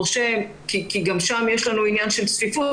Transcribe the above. כי גם שם יש לנו עניין של צפיפות,